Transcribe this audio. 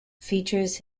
features